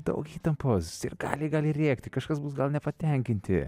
daug įtampos sirgaliai gali rėkti kažkas bus gal nepatenkinti